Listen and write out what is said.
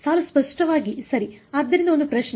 ಸಾಲು ಸ್ಪಷ್ಟವಾಗಿ ಸರಿ ಆದ್ದರಿಂದ ಒಂದು ಪ್ರಶ್ನೆ